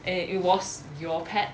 and it was your pet